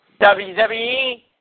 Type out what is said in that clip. WWE